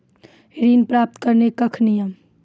ऋण प्राप्त करने कख नियम?